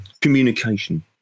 communication